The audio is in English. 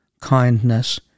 kindness